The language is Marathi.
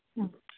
हं